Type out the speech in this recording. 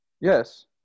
Yes